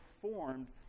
formed